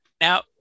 Now